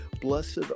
Blessed